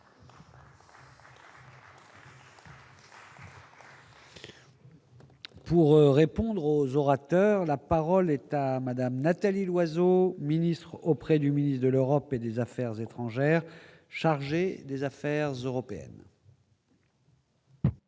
Pour répondre aux orateurs, la parole est à madame Nathalie Loiseau, ministre auprès du ministre de l'Europe et des Affaires étrangères, chargé des affaires européennes.